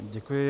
Děkuji.